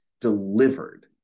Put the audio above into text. delivered